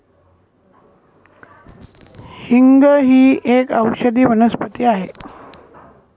हिंग एक औषधी वनस्पती आहे